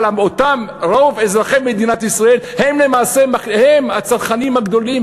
אבל רוב אזרחי מדינת ישראל הם הצרכנים הגדולים,